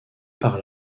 par